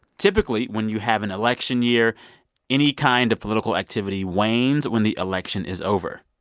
typically, when you have an election year any kind of political activity wanes when the election is over.